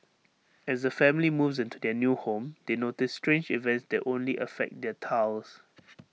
as A family moves into their new home they notice strange events that only affect their tiles